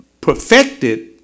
perfected